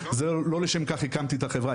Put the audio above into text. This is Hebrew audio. לא לשם כך הקמתי את החברה,